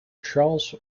charles